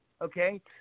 okay